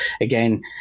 again